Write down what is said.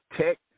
Tech